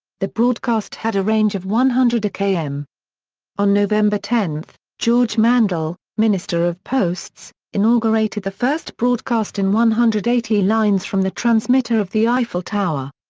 the broadcast had a range of one hundred km. on november ten, george mandel, minister of posts, inaugurated the first broadcast in one hundred and eighty lines from the transmitter of the eiffel tower.